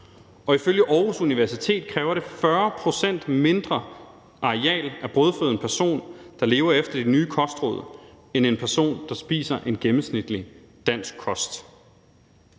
og ifølge Aarhus Universitet kræver det 40 pct. mindre areal at brødføde en person, der lever efter de nye kostråd, end en person, der spiser en gennemsnitlig dansk kost.